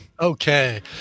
Okay